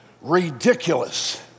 ridiculous